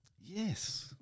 yes